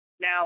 Now